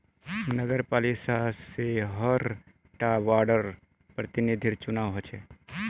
नगरपालिका से हर टा वार्डर प्रतिनिधिर चुनाव होचे